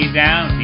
down